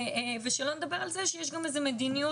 ושלא נדבר על זה שיש איזו מדיניות,